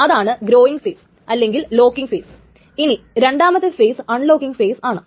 അതാണ് growing phase അല്ലെങ്കിൽ locking phase ഇനി 2 മത്തെ ഫെയിസ് ആൺലോക്കിങ്ങ് ഫെയിസ് ആണ്